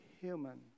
human